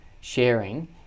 sharing